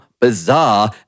bizarre